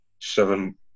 seven